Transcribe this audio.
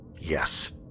Yes